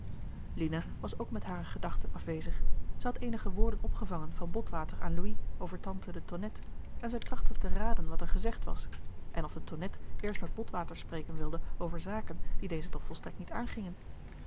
lina was ook met hare gedachten afwezig zij had eenige woorden opgevangen van botwater aan louis over tante de tonnette en zij trachtte te raden wat er gezegd was en of de tonnette eerst met botwater spreken wilde over zaken die dezen toch volstrekt niet aangingen